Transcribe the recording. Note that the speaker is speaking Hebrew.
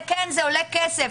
זה עולה כסף,